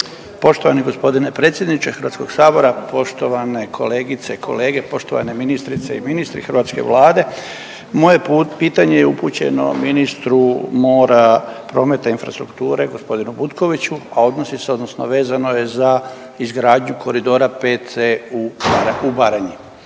Poštovani gospodine predsjedniče Hrvatskog sabora, poštovane kolegice i kolege, poštovane ministrice i ministri hrvatske Vlade, moje pitanje je upućeno ministru mora, prometa i infrastrukture gospodinu Butkoviću, a odnosi se odnosno vezano je za izgradnju koridora 5C u Baranji.